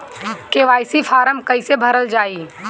KYC form कइसे भरल जाइ?